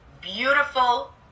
beautiful